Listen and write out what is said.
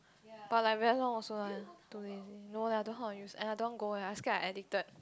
but like very long also ah too lazy no lah don't know how to use and I don't want to go eh I scared I addicted